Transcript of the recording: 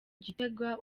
gitega